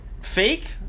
fake